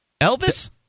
Elvis